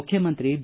ಮುಖ್ಯಮಂತ್ರಿ ಬಿ